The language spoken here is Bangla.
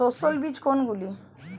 সস্যল বীজ কোনগুলো?